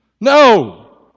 No